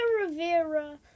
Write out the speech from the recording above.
Rivera